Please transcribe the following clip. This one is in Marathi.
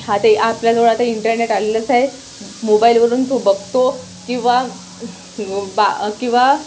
आता आपल्याजवळ आता इंटरनेट आलेलंच आहे मोबाईलवरून तो बघतो किंवा बा किंवा